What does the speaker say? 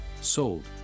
Sold